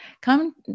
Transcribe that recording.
Come